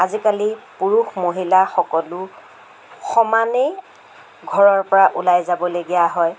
আজিকালি পুৰুষ মহিলা সকলো সমানেই ঘৰৰ পৰা ওলাই যাবলগীয়া হয়